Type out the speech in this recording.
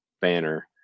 Banner